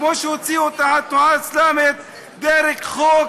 כמו שהוציאו את התנועה האסלאמית דרך חוק